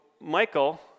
Michael